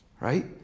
right